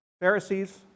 Pharisees